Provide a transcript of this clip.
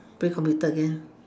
play computer again